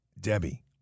Debbie